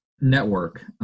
network